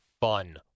fun